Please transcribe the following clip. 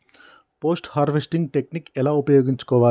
Post harvesting technique ఎలా ఉపయోగించుకోవాలి?